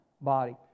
body